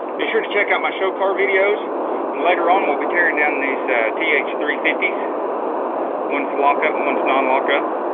be sure to check out my show car videos and later on we'll be tearing down these t h three five so one's lockup one's non-lockup.